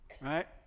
right